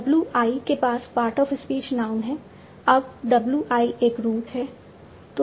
W i के पास part of speech noun है अब W i एक रूट है